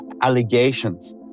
allegations